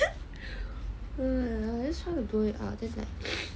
I just want to blow it out